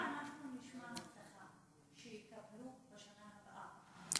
אם אנחנו נשמע הבטחה שיטפלו בשנה הבאה,